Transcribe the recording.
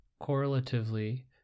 Correlatively